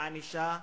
הענישה,